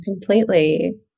completely